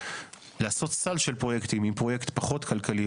לעשות סל של פרויקטים עם פרויקט פחות כלכלי